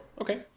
Okay